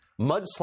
mudslide